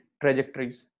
trajectories